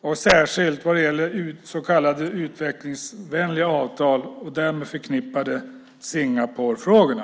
Det gäller särskilt så kallade utvecklingsvänliga avtal och de därmed förknippade Singaporefrågorna.